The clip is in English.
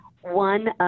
One